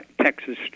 Texas